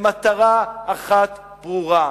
למטרה אחת ברורה: